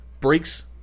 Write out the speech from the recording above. breaks